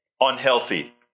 unhealthy